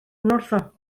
wrtho